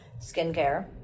skincare